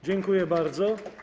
Dziękuję bardzo.